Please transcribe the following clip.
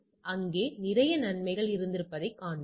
அங்கே நிறைய நன்மைகள் இருப்பதைக் காண்போம்